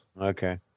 Okay